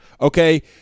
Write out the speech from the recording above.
okay